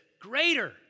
greater